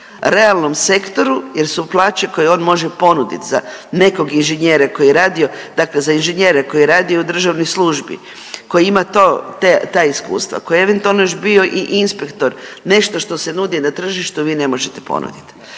realnom sektoru jer su plaće koje on može ponuditi za nekog inženjera koji je radio, dakle za inženjera koji je radio u državnoj službi koji ima to, ta iskustva koji je eventualno još bio i inspektor nešto što se nudi na tržištu vi ne možete ponuditi.